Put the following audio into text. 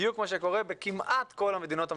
בדיוק מה שקורה בכמעט כל המדינות המפותחות.